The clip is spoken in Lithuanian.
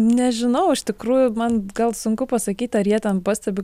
nežinau iš tikrųjų man gal sunku pasakyt ar jie ten pastebi